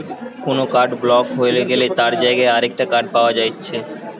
কুনো card block হই গ্যালে তার জাগায় আরেকটা কার্ড পায়া যাচ্ছে